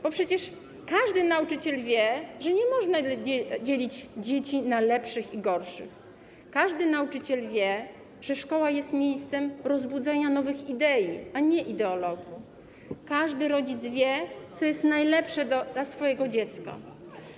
Bo przecież każdy nauczyciel wie, że nie można dzielić dzieci na lepsze i gorsze, każdy nauczyciel wie, że szkoła jest miejscem rozbudzania nowych idei, a nie ideologii, każdy rodzic wie, co jest najlepsze dla jego dziecka.